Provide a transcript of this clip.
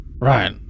Right